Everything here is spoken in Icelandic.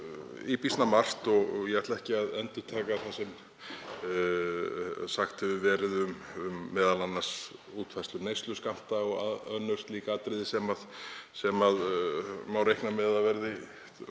býsna margt og ég ætla ekki að endurtaka það sem sagt hefur verið um útfærslur neysluskammta og önnur slík atriði sem má reikna með að verði